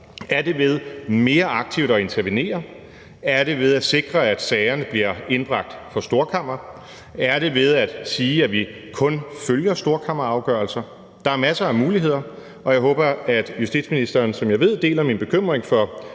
Er det ved mere aktivt at intervenere? Er det ved at sikre, at sagerne bliver indbragt for Storkammeret? Er det ved at sige, at vi kun følger storkammerafgørelser? Der er masser af muligheder, og jeg håber, at justitsministeren, som jeg ved deler min bekymring for